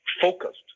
focused